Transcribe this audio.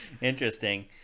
Interesting